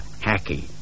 Hacky